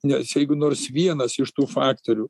nes jeigu nors vienas iš tų faktorių